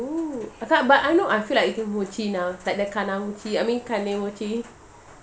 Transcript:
oo I ca~ but I know I feel like eating mochi now it's like the I mean